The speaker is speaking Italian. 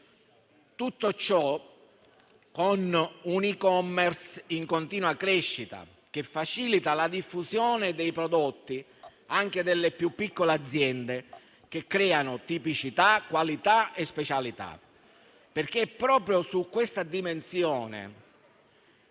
Tutto ciò con un *e-commerce* in continua crescita, che facilita la diffusione dei prodotti anche delle più piccole aziende che creano tipicità, qualità e specialità. È infatti proprio su questa dimensione,